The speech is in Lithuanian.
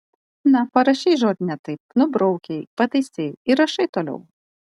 na parašei žodį ne taip nubraukei pataisei ir rašai toliau